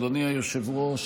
אדוני היושב-ראש,